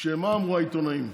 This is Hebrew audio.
מה אמרו העיתונאים?